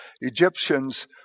Egyptians